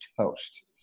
toast